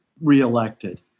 re-elected